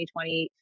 2020